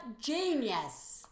genius